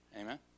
Amen